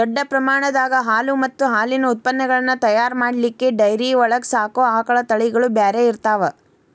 ದೊಡ್ಡ ಪ್ರಮಾಣದಾಗ ಹಾಲು ಮತ್ತ್ ಹಾಲಿನ ಉತ್ಪನಗಳನ್ನ ತಯಾರ್ ಮಾಡ್ಲಿಕ್ಕೆ ಡೈರಿ ಒಳಗ್ ಸಾಕೋ ಆಕಳ ತಳಿಗಳು ಬ್ಯಾರೆ ಇರ್ತಾವ